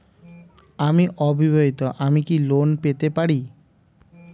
আমি অবিবাহিতা আমি কি লোন পেতে পারি?